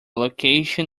location